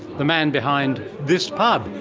the man behind this pub,